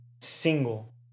single